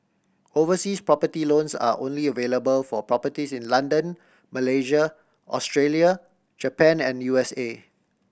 overseas property loans are only available for properties in London Malaysia Australia Japan and U S A